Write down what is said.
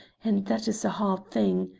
and that is a hard thing.